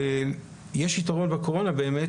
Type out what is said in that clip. יש יתרון בקורונה באמת,